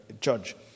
judge